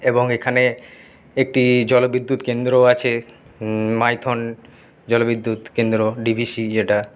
এবং এখানে একটি জলবিদ্যুৎ কেন্দ্রও আছে মাইথন জলবিদ্যুৎ কেন্দ্র ডিভিসি যেটা